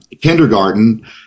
kindergarten